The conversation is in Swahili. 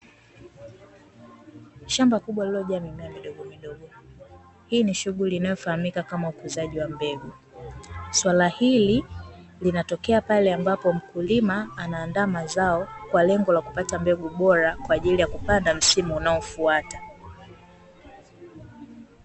Shamba kubwa lililojaa mimea midogo midogo, hii ni shughuli inayofahamika kama ukuzaji wa mbegu. Swala hili linatokea pale ambapo mkulima anaanda mazao, kwa lengo la kupata mbegu bora kwa ajili ya kupanda msimu unaofuata.